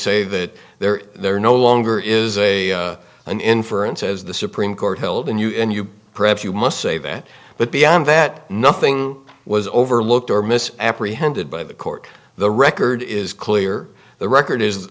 say that there are no longer is a an inference as the supreme court held in you and you perhaps you must say that but beyond that nothing was overlooked or mis apprehended by the court the record is clear the record is